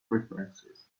preferences